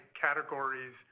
categories